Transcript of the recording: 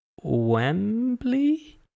Wembley